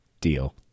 deal